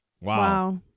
Wow